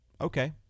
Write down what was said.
okay